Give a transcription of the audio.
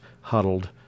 huddled